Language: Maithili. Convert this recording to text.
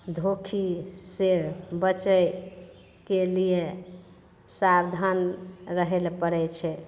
धोखी से बचैके लिये साबधान रहैलए पड़ै छै